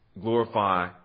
glorify